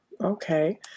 okay